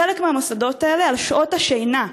בחלק מהמוסדות האלה על שעות השינה,